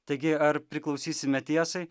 taigi ar priklausysime tiesai